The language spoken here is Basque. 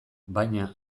baina